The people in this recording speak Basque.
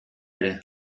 ere